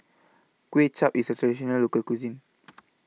Kuay Chap IS A Traditional Local Cuisine